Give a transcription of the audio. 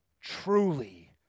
Truly